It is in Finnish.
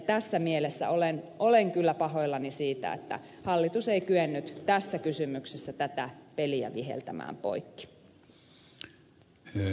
tässä mielessä olen kyllä pahoillani siitä että hallitus ei kyennyt tässä kysymyksessä tätä peliä viheltämään poikki